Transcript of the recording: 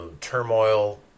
turmoil